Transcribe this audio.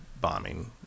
bombing